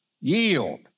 Yield